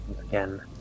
Again